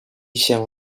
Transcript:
się